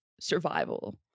survival